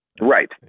Right